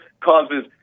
causes